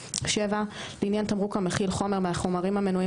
(7) לעניין תמרוק המכיל חומר מהחומרים המנויים